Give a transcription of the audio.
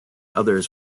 others